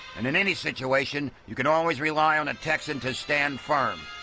and in any situation you can always rely on a texan to stand firm.